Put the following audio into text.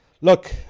Look